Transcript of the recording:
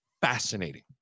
fascinating